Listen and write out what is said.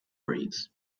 breeds